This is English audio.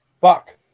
Fuck